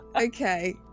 Okay